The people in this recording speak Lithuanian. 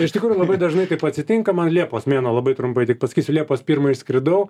iš tikrųjų labai dažnai taip atsitinka man liepos mėnuo labai trumpai tik pasakysiu liepos pirmą išskridau